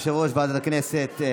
יושב-ראש ועדת הכנסת.